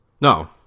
No